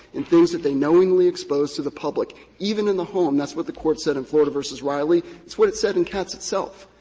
in things that they knowingly expose to the public, even in the home. that's what the court said in florida v. reilly. it's what it said in katz itself.